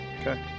okay